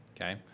okay